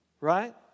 right